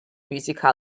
música